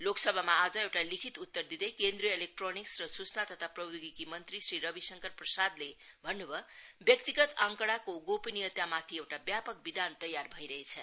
लोकसभामा आज एउटा लिखित उत्तर दिँदै केन्द्रीय इलेक्ट्रोनिक्स र सूचना तथा प्रैद्योगिकी मन्त्री श्री रवी शंकर प्रसादले भन्न् भयो व्यक्तिगत आँकडाको गोनियतामाथि एउटा व्यापक विधान तयार भइरहेछ